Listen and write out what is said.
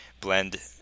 blend